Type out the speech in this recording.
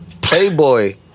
Playboy